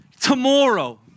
tomorrow